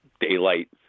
daylight